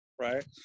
right